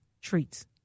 treats